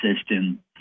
system